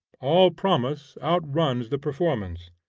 all promise outruns the performance.